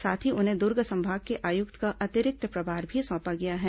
साथ ही उन्हें दूर्ग संभाग के आयुक्त का अतिरिक्त प्रभार भी सौंपा गया है